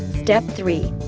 step three.